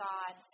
God